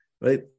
right